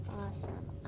awesome